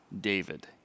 david